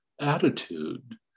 attitude